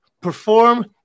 perform